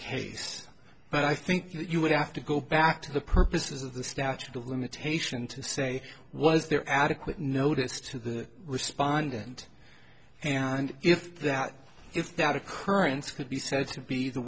case but i think you would have to go back to the purposes of the statute of limitation to say was there adequate notice to the respondent and if that if that occurrence could be said to be the